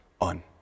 on